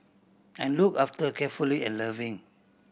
and looked after carefully and loving